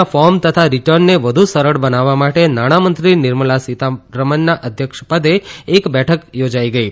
ના ફોર્મ તથા રિટર્નને વધુ સરળ બનાવવા માટે નાણામંત્રી નિર્મલા સીતારામનના અધ્યક્ષપદે એક બેઠક યોજાઇ ગઇ